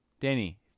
Danny